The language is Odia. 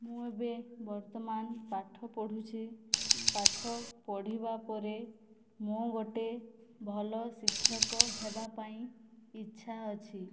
ମୁଁ ଏବେ ବର୍ତ୍ତମାନ ପାଠ ପଢ଼ୁଛି ପାଠ ପଢ଼ିବା ପରେ ମୁଁ ଗୋଟିଏ ଭଲ ଶିକ୍ଷକ ହେବା ପାଇଁ ଇଚ୍ଛା ଅଛି